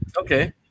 okay